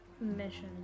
mission